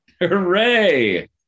Hooray